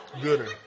Gooder